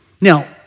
Now